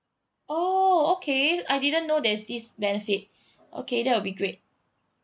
oh okay I didn't know there is this benefit okay that would be great